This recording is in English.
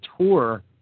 tour